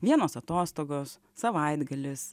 vienos atostogos savaitgalis